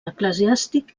eclesiàstic